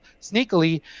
sneakily